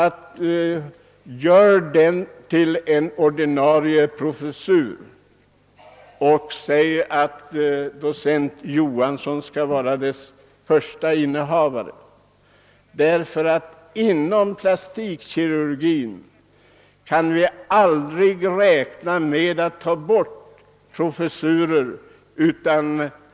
Men gör tjänsten till en ordinarie professur, herr statsråd, och säg att docent Johansson skall vara dess förste innehavare! Vi kan aldrig räkna med att dra in professurer i plastikkirurgi.